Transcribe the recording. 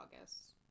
August